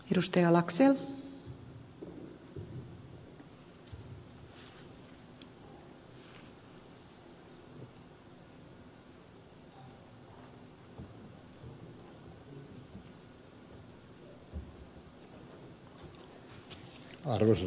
arvoisa rouva puhemies